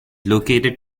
located